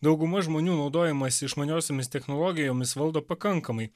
dauguma žmonių naudojimąsi išmaniosiomis technologijomis valdo pakankamai